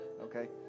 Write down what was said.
okay